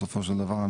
בסופו של דבר,